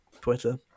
Twitter